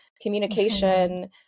communication